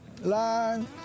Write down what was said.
line